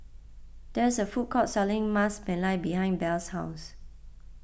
there is a food court selling Ras Malai behind Belle's house